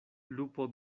lupo